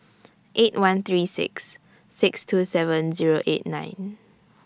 eight one three six six two seven Zero eight nine